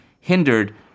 hindered